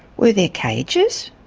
were there cages,